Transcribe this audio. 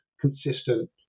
consistent